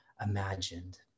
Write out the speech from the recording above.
imagined